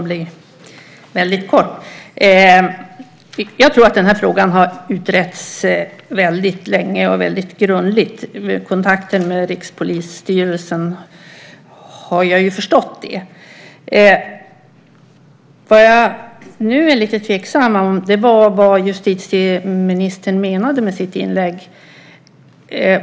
Fru talman! Jag tror att den här frågan har utretts väldigt länge och väldigt grundligt. Det har jag förstått efter kontakter med Rikspolisstyrelsen. Men nu känner jag mig lite tveksam om vad justitieministern menade med sitt inlägg.